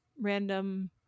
random